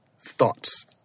thoughts